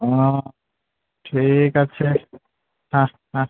ও ঠিক আছে হ্যাঁ হ্যাঁ